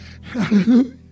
Hallelujah